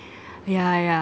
yeah yeah